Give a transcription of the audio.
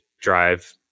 drive